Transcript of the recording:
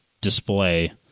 display